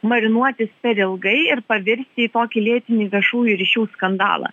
marinuotis per ilgai ir pavirsti į tokį lėtinį viešųjų ryšių skandalą